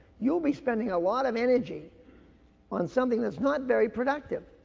you'll be spending a lot of energy on something that's not very productive,